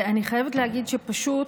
אני חייבת להבהיר שפשוט,